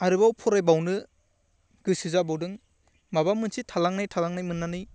आरोबाव फरायबावनो गोसो जाबावदों माबा मोनसे थालांनाय थालांनाय मोन्नानै